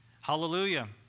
Hallelujah